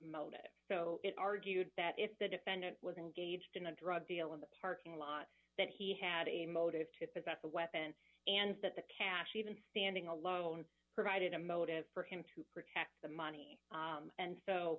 motive so it argued that if the defendant was engaged in a drug deal in the parking lot that he had a motive to possess a weapon and that the cash even standing alone provided a motive for him to protect the money and